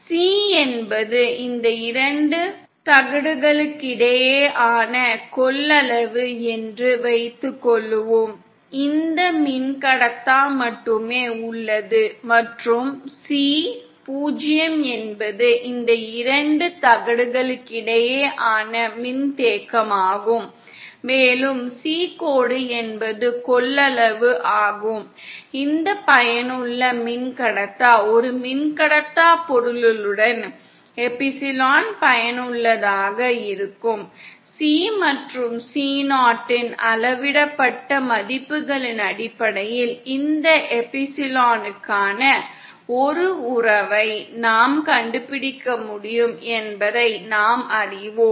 C என்பது இந்த இரண்டு தகடுகளுக்கிடையேயான கொள்ளளவு என்று வைத்துக்கொள்வோம் இந்த மின்கடத்தா மட்டுமே உள்ளது மற்றும் C 0 என்பது இந்த இரண்டு தகடுகளுக்கிடையேயான மின்தேக்கமாகும் மேலும் C கோடு என்பது கொள்ளளவு ஆகும் இந்த பயனுள்ள மின்கடத்தா ஒரு மின்கடத்தா பொருளுடன் எப்சிலோன் பயனுள்ளதாக இருக்கும் C மற்றும் C0 இன் அளவிடப்பட்ட மதிப்புகளின் அடிப்படையில் இந்த எப்சிலனுக்கான ஒரு உறவை நாம் கண்டுபிடிக்க முடியும் என்பதை நாம் அறிவோம்